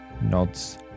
nods